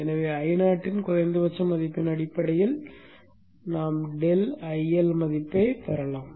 எனவே Io இன் குறைந்தபட்ச மதிப்பின் அடிப்படையில் ∆IL மதிப்பைப் பெறலாம்